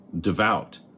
devout